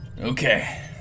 Okay